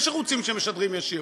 יש ערוצים שמשדרים ישיר.